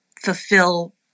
fulfill